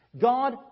God